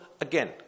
again